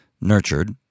nurtured